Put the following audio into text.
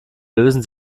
lösen